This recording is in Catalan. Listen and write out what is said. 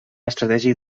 estratègic